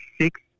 six